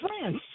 France